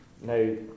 No